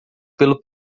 pelo